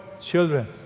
children